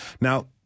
Now